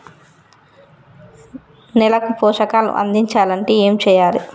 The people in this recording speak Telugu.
నేలకు పోషకాలు అందించాలి అంటే ఏం చెయ్యాలి?